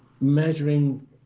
measuring